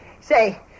Say